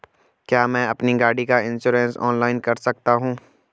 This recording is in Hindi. क्या मैं अपनी गाड़ी का इन्श्योरेंस ऑनलाइन कर सकता हूँ?